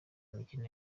imikino